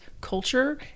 culture